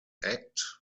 act